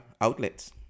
outlets